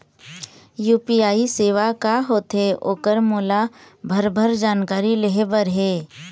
UPI सेवा का होथे ओकर मोला भरभर जानकारी लेहे बर हे?